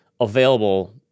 available